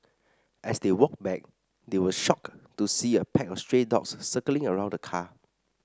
as they walked back they were shocked to see a pack of stray dogs circling around the car